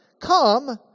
Come